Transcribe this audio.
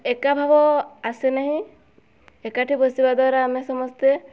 ଏକା ଭାବ ଆସେନାହିଁ ଏକାଠି ବସିବା ଦ୍ଵାରା ଆମେ ସମସ୍ତେ